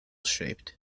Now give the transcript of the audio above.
shaped